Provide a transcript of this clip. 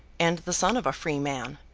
and the son of a free man,